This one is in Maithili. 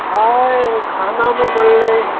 आइ खाना जे बनलै